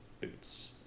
boots